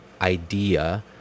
idea